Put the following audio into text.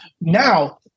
Now